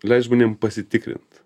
leist žmonėm pasitikrint